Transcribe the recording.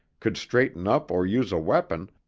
could straighten up or use a weapon,